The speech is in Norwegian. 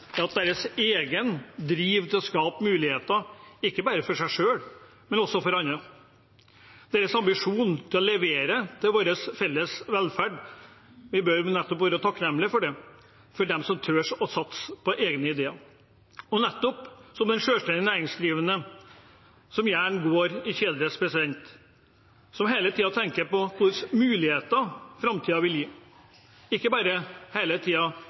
er at deres egen driv til å skape muligheter ikke bare gjelder dem seg selv, men også andre. Deres ambisjon om å levere til vår felles velferd bør vi være takknemlig for, og for at de tør å satse på egne ideer. De er selvstendig næringsdrivende, som gjerne går i kjeledress, som hele tiden tenker på hvilke muligheter framtiden vil gi. De kikker ikke hele